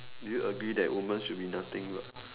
do you agree that women should be nothing but